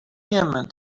him